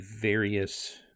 various